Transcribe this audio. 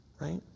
right